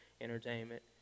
entertainment